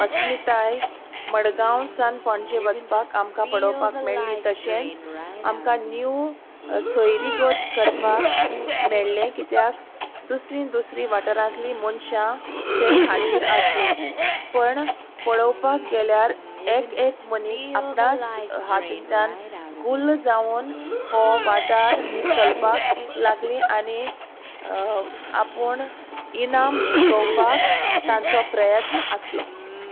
अस्मिताय मडगांव सावन पणजे वचपाक आमकां पळोवपाक मेळ्ळी तशेंच आमकां न्यूव सोयरीगत करपाक मेळ्ळें कित्याक दुसरी दुसरी वाठारांतलीं मनशां थंय हाजीर आसलीं पण पळोवपाक गेल्यार एक एक मनीस आपणाच हातींतल्यान गुल्ल जावन हो वाठार चलपाक लागलीं आनी आपूण इनाम जिकोवपाक तांचो प्रयत्न आसलो